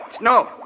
No